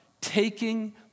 taking